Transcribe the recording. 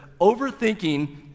overthinking